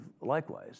likewise